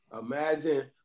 Imagine